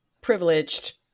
privileged